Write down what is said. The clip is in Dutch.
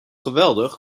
geweldig